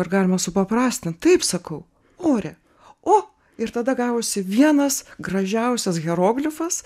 ar galima supaprastint taip sakau ore o ir tada gavosi vienas gražiausias hieroglifas